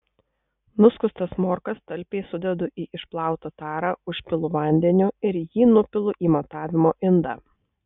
nuskustas morkas talpiai sudedu į išplautą tarą užpilu vandeniu ir jį nupilu į matavimo indą